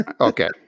Okay